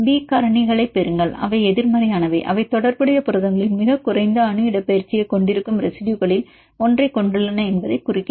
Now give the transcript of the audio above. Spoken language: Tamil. பி காரணிகளைப் பெறுங்கள் அவை எதிர்மறையானவை அவை தொடர்புடைய புரதங்களில் மிகக் குறைந்த அணு இடப்பெயர்ச்சியைக் கொண்டிருக்கும் ரெசிடுயுகளில் ஒன்றைக் கொண்டுள்ளன என்பதைக் குறிக்கிறது